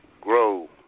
grow